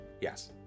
Yes